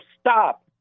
stop